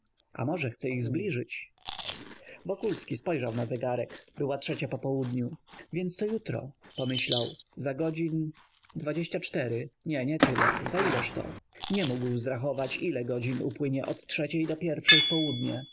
a może chce ich zbliżyć wokulski spojrzał na zegarek była trzecia po południu więc to jutro pomyślał za godzin dwadzieścia cztery nie nie tyle za ileż to nie mógł zrachować ile godzin upłynie od trzeciej do pierwszej w południe